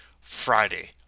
Friday